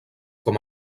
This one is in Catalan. com